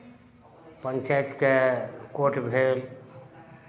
पञ्चायतके कोर्ट भेल